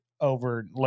over –